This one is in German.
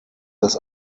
das